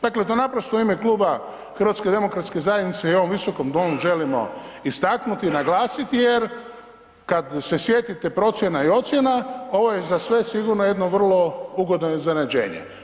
Dakle, to naprosto u ime Kluba HDZ-a i ovom Visokom domu želimo istaknuti i naglasiti jer kad se sjetite procjena i ocjena, ovo je za sve sigurno jedno vrlo ugodno iznenađenje.